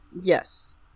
Yes